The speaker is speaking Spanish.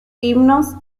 himnos